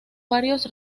varios